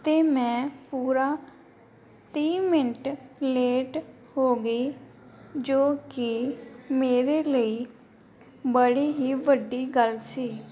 ਅਤੇ ਮੈਂ ਪੂਰਾ ਤੀਹ ਮਿੰਟ ਲੇਟ ਹੋ ਗਈ ਜੋ ਕਿ ਮੇਰੇ ਲਈ ਬੜੀ ਹੀ ਵੱਡੀ ਗੱਲ ਸੀ